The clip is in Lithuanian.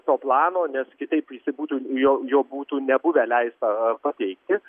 to plano nes kitaip jisai būtų jo jo būtų nebuvę leista pateikti